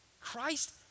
Christ